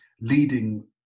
leading